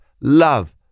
Love